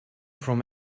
from